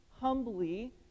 humbly